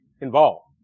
involved